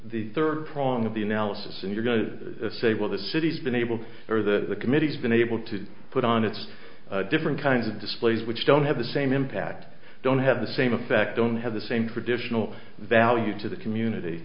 the third prong of the analysis and you're going to say what the city's been able or the committee's been able to put on its different kinds of displays which don't have the same impact don't have the same effect don't have the same traditional value to the community